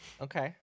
okay